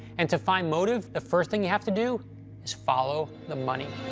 and to find motive, the first thing you have to do is follow the money.